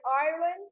ireland